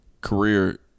career